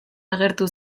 agertu